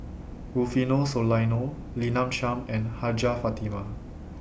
Rufino Soliano Lina Chiam and Hajjah Fatimah